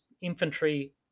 infantry